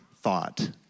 thought